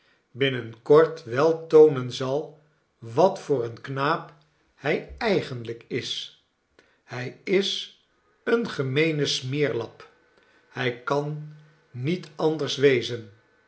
binnen kort wel toonen zal wat voor een knaap hij eigenlijk is hij is een gemeene smeerlap hij kan niet anders wezen